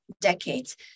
decades